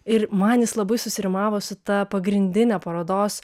ir man jis labai susirimavo su ta pagrindinė parodos